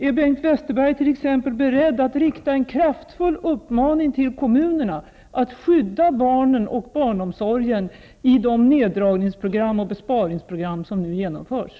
Är Bengt Westerberg t.ex. be redd att rikta en kraftfull uppmaning till kommu nerna att skydda barnen och barnomsorgen i de neddragningsprogram och besparingsprogram som nu genomförs?